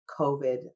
COVID